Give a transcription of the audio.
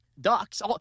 ducks